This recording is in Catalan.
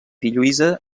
lluïsa